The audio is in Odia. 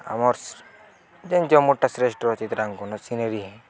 ଆମର୍ ଯେନ୍ ଜମୁର୍ଟା ଶ୍ରେଷ୍ଠ ଚିତ୍ରାଙ୍କନ ଅଛି ସିନେରୀ